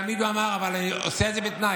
תמיד הוא אמר: אבל אני עושה את זה בתנאי,